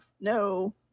no